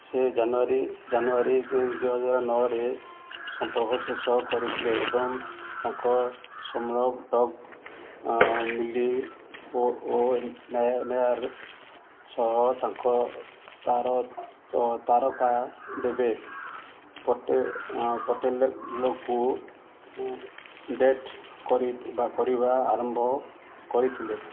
ସେ ଜାନୁଆରୀ ଜାନୁଆରୀ ଦୁଇ ହଜାର ନଅରେ ସମ୍ପର୍କ ଶେଷ କରିଥିଲେ ଏବଂ ତାଙ୍କ ସ୍ଲମ୍ ସହ ତାଙ୍କ ତାରକା ଦେବ ପଟେଲଙ୍କୁ ଡେଟ୍ କରିବା ଆରମ୍ଭ କରିଥିଲେ